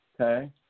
okay